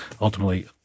ultimately